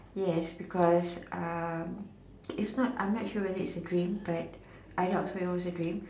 yes because uh it's not I'm not sure whether it was a dream but I doubt so it was a dream